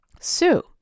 Sue